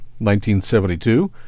1972